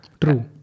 True